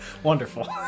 Wonderful